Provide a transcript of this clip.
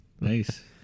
nice